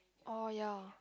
oh ya